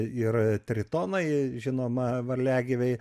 ir tritonai žinoma varliagyviai